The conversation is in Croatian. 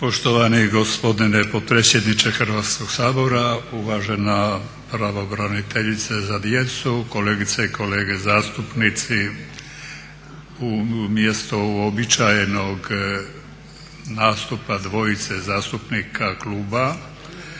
Poštovani gospodine potpredsjedniče Hrvatskog sabora, uvažena pravobraniteljice za djecu, kolegice i kolege zastupnici umjesto uobičajenog nastupa dvojice zastupnika kluba